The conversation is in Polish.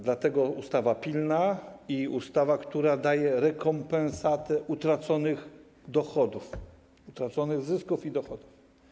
Dlatego ustawa pilna, która daje rekompensatę utraconych dochodów, utraconych zysków i dochodów.